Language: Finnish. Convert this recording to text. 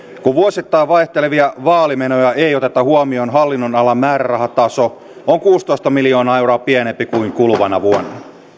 kun vuosittain vaihtelevia vaalimenoja ei oteta huomioon hallinnonalan määrärahataso on kuusitoista miljoonaa euroa pienempi kuin kuluvana vuonna